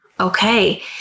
Okay